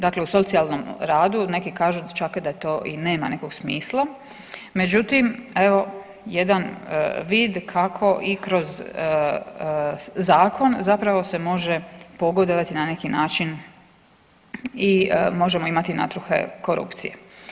Dakle, u socijalnom radu neki kažu čak da to i nema nekog smisla, međutim evo jedan vid kako i kroz zakon zapravo se može pogodovati na neki način i možemo imati natruhe korupcije.